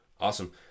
Awesome